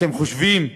אתם חושבים,